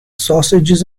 sausages